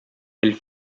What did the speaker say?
elle